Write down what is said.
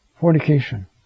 fornication